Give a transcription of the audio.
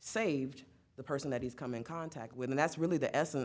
saved the person that he's come in contact with and that's really the essence